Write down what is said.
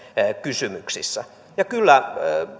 kysymyksissä ja